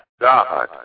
God